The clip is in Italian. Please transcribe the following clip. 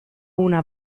una